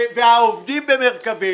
והעובדים ב"מרכבים"